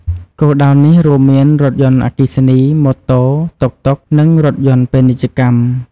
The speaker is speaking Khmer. គោលដៅនេះរួមមានរថយន្តអគ្គិសនី ម៉ូតូ តុកតុក និងរថយន្តពាណិជ្ជកម្ម។